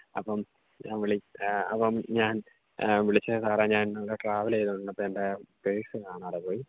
അപ്പം ഞാൻ അപ്പം ഞാൻ വിളിച്ചത് സാറേ ഞാൻ ട്രാവെൽ ചെയ്തുകൊണ്ടിരുന്നപ്പം എൻ്റെ പേഴ്സ് കാണാതെ പോയി